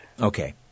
Okay